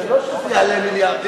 זה לא שזה יעלה מיליארדים.